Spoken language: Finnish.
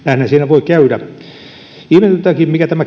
voi käydä ihmetyttääkin mihin perustuu tämä